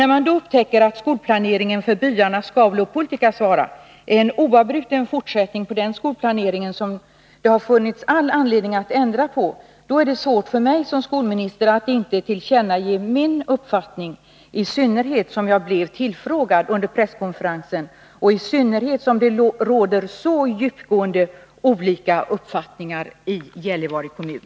När jag då upptäcker att skolplaneringen för byarna Skaulo och Puoltikasvaara är en oavbruten fortsättning på en skolplanering som det har funnits all anledning att ändra på, är det svårt för mig som skolminister att inte tillkännage min uppfattning — i synnerhet som jag blev tillfrågad under presskonferensen och i synnerhet som det råder så djupgående olika uppfattningar i Gällivare kommun.